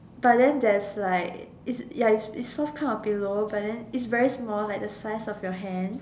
but then there's like ya it's it's soft kind of pillow but than it's very small like the size of your hand